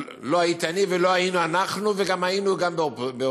אבל לא הייתי אני ולא היינו אנחנו וגם היינו באופוזיציה,